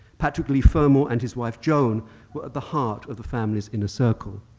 patrick leigh fermor and his wife joan were at the heart of the family's inner circle.